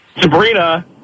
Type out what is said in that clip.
Sabrina